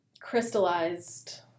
crystallized